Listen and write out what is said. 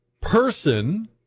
person